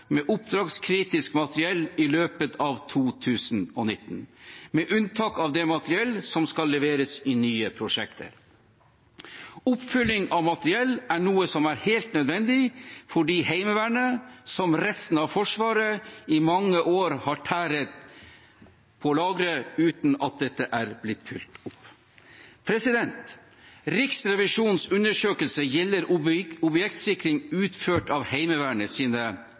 med oppdragskritisk materiell i løpet av 2018, med unntak av det materiellet som skal leveres i nye prosjekter. Oppfyllingen av materiell er noe som er helt nødvendig fordi Heimevernet, som resten av Forsvaret, i mange år tæret på lagre uten tilstrekkelig etterfylling.» Riksrevisjonens undersøkelse gjelder objektsikring utført av